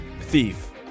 thief